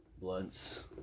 blunts